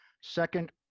Second